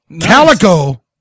calico